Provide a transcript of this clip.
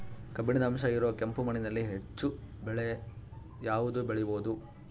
ಕಬ್ಬಿಣದ ಅಂಶ ಇರೋ ಕೆಂಪು ಮಣ್ಣಿನಲ್ಲಿ ಹೆಚ್ಚು ಬೆಳೆ ಯಾವುದು ಬೆಳಿಬೋದು?